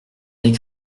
est